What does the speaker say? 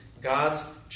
God's